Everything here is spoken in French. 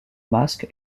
masque